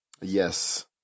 Yes